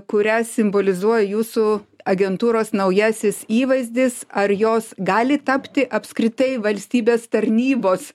kurias simbolizuoja jūsų agentūros naujasis įvaizdis ar jos gali tapti apskritai valstybės tarnybos